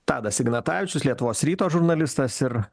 tadas ignatavičius lietuvos ryto žurnalistas ir